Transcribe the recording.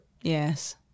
Yes